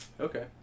Okay